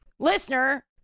Listener